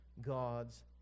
God's